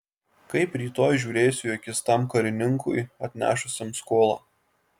kaip rytoj žiūrėsiu į akis tam karininkui atnešusiam skolą